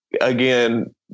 again